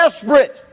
desperate